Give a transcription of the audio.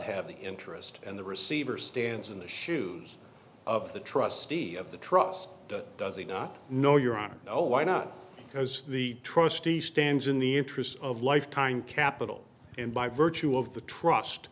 have the interest and the receiver stands in the shoes of the trustee of the trust does he not know your honor oh why not because the trustee stands in the interest of lifetime capital and by virtue of the trust